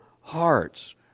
hearts